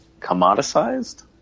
commoditized